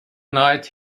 night